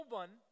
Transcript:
one